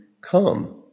come